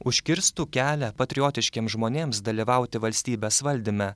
užkirstų kelią patriotiškiems žmonėms dalyvauti valstybės valdyme